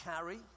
carry